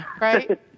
Right